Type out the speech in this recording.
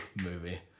movie